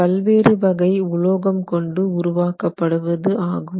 பல்வேறு வகை உலோகம் கொண்டு உருவாக்கப்படுவது ஆகும்